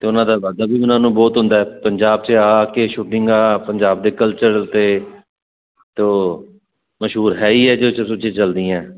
ਤੇ ਉਹਨਾਂ ਦਾ ਫਿਆਦਾ ਵੀ ਉਹਨਾਂ ਨੂੰ ਬਹੁਤ ਹੁੰਦਾ ਪੰਜਾਬ 'ਚ ਆ ਕੇ ਸ਼ੂਟਿੰਗ ਆ ਪੰਜਾਬ ਦੇ ਕਲਚਰ ਤੇ ਤੋ ਮਸ਼ਹੂਰ ਹੈ ਹੀ ਹੈ ਜ ਸੁਚੇ ਚਲਦੀਆਂ